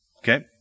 Okay